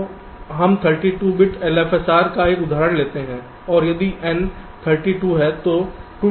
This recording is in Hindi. तो हम 32 बिट्स LFSR का एक उदाहरण लेते हैं यदि n 32 है